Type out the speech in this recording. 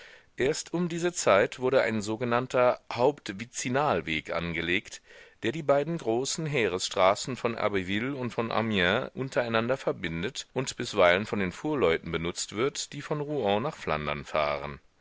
erst um diese zeit wurde ein sogenannter hauptvizinalweg angelegt der die beiden großen heeresstraßen von abbeville und von amiens untereinander verbindet und bisweilen von den fuhrleuten benutzt wird die von rouen nach flandern fahren